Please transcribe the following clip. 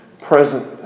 present